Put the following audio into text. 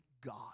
God